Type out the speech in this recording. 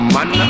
Man